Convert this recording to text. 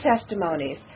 testimonies